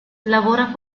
lavora